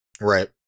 right